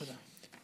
תודה.